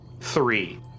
three